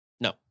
No